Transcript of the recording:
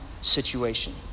situation